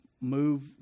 move